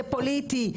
זה פוליטי,